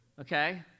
okay